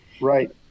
Right